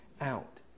out